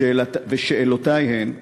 שאלותי הן: